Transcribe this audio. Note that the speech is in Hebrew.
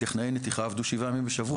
טכנאי נתיחה עבדו 7 ימים בשבוע.